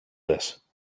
this